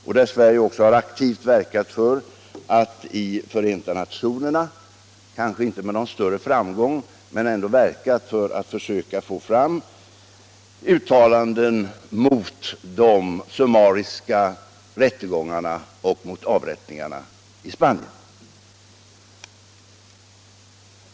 Sverige har också aktivt verkat för att i Förenta nationerna — låt vara utan någon större framgång hittills — försöka få fram uttalanden mot de summariska rättegångarna och mot avrättningarna i Spanien.